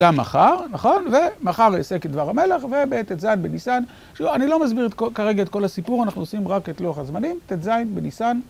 גם מחר, נכון? ומחר יסק את דבר המלך, ובט ז בניסן. שאני לא מסביר כרגע את כל הסיפור, אנחנו עושים רק את לוח הזמנים. תת זין בניסן.